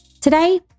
Today